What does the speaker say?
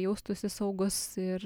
jaustųsi saugus ir